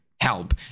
help